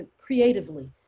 creatively